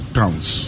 counts